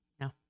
No